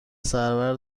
سرور